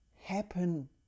happen